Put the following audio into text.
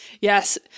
Yes